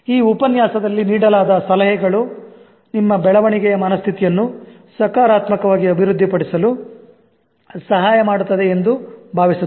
ಈ ಉಪನ್ಯಾಸದಲ್ಲಿ ನೀಡಲಾದ ಸಲಹೆಗಳು ನಿಮ್ಮ ಬೆಳವಣಿಗೆಯ ಮನಸ್ಥಿತಿಯನ್ನು ಸಕಾರಾತ್ಮಕವಾಗಿ ಅಭಿವೃದ್ಧಿಪಡಿಸಲು ಸಹಾಯ ಮಾಡುತ್ತದೆ ಎಂದು ಭಾವಿಸುತ್ತೇವೆ